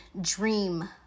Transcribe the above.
dream